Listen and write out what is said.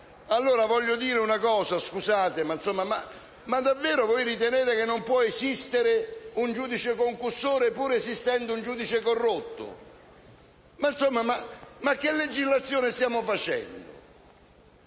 Allora voglio dire una cosa: ma davvero voi ritenete che non possa esistere un giudice concussore, pur esistendo un giudice corrotto? Ma che legislazione stiamo facendo?